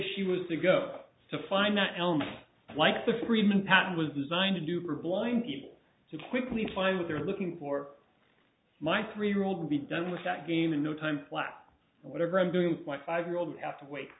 she was to go to find that element like the freeman patent was designed to do for blind people to quickly find what they're looking for my three year old will be done with that game in no time flat whatever i'm doing with my five year old you have to wait